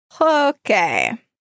okay